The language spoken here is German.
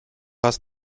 hast